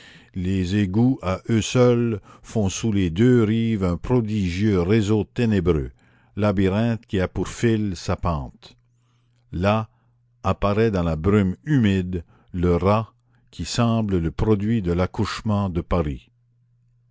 les égouts à eux seuls font sous les deux rives un prodigieux réseau ténébreux labyrinthe qui a pour fil sa pente là apparaît dans la brume humide le rat qui semble le produit de l'accouchement de paris